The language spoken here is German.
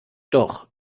doch